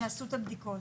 שעשו את הבדיקות?